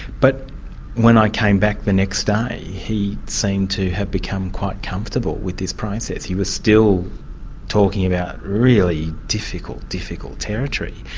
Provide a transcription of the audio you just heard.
but when i came back the next day, he seemed to have become quite comfortable with this process. he was still talking about really difficult, difficult territory,